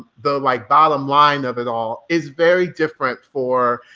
the like bottom line of it all is very different for,